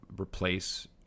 replace